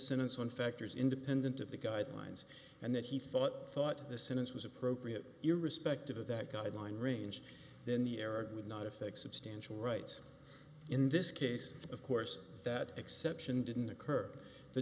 sentence on factors independent of the guidelines and that he thought thought the sentence was appropriate irrespective of that guideline range then the error would not affect substantial rights in this case of course that exception didn't occur the